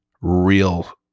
real